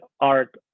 art